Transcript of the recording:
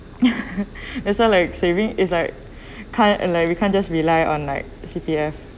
that's why like saving is like kind like we can't just rely on like C_P_F